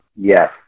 Yes